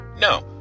No